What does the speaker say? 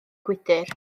gwydr